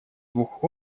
двух